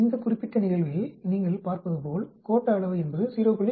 இந்த குறிப்பிட்ட நிகழ்வில் நீங்கள் பார்ப்பதுபோல் கோட்ட அளவை என்பது 0